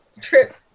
trip